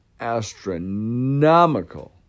astronomical